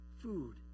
food